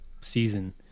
season